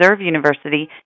University